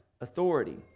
authority